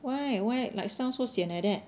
why why like sound so sian like that